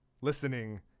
listening